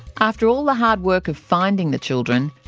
after all the hard work of finding the children,